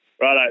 Righto